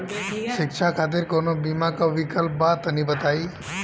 शिक्षा खातिर कौनो बीमा क विक्लप बा तनि बताई?